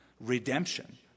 Redemption